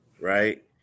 right